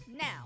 Now